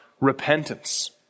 repentance